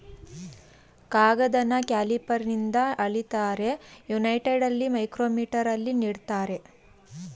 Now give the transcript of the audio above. ಕಾಗದನ ಕ್ಯಾಲಿಪರ್ನಿಂದ ಅಳಿತಾರೆ, ಯುನೈಟೆಡಲ್ಲಿ ಮೈಕ್ರೋಮೀಟರಲ್ಲಿ ನೀಡ್ತಾರೆ